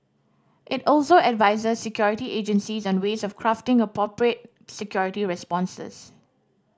it also advises security agencies on ways of crafting appropriate security responses